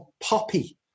poppy